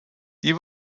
die